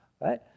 Right